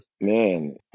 Man